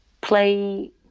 play